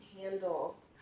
handle